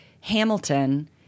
Hamilton –